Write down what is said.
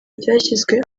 ryashyizwe